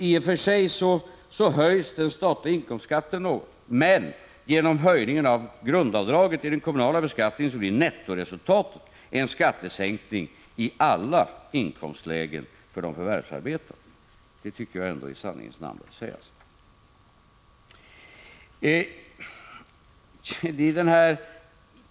I och för sig höjs den statliga inkomstskatten något, men genom höjningen av grundavdraget vid den kommunala beskattningen blir nettoresultatet en skattesänkning i alla inkomstlägen för de förvärvsarbetande. Det tycker jag i sanningens namn bör sägas.